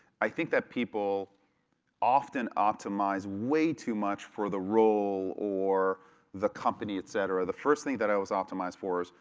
i think that people often optimize way too much for the role or the company, etc. the first thing that i always optimized for is,